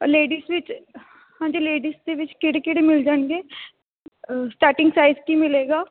ladies ਵਿੱਚ ਹਾਂਜੀ ladies ਦੇ ਵਿੱਚ ਕਿਹੜੇ ਕਿਹੜੇ ਮਿਲ ਜਾਣਗੇ ਸਟਾਰਟਿੰਗ ਸਾਈਜ ਕੀ ਮਿਲੇਗਾ